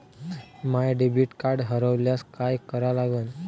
माय debit card हरोल्यास काय करा लागन?